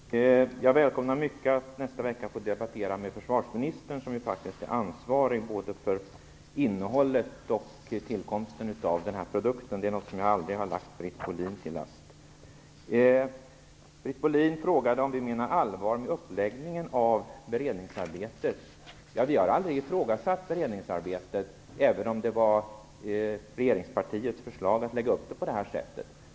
Fru talman! Jag välkomnar mycket att nästa vecka få debattera med försvarsministern, som ju faktiskt är ansvarig både för innehållet och tillkomsten av den här produkten. Detta är något som jag aldrig lagt Britt Britt Bohlin frågade om vi menar allvar med uppläggningen av beredningsarbetet. Ja, vi har aldrig ifrågasatt beredningsarbetet, även om det var regeringspartiets förslag att lägga upp det på det här sättet.